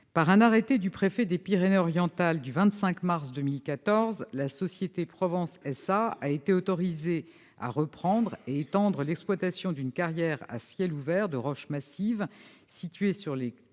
Par un arrêté du préfet des Pyrénées-Orientales du 25 mars 2014, la société Provençale SA a été autorisée à reprendre et à étendre l'exploitation d'une carrière à ciel ouvert de roches massives, située sur les